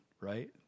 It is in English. right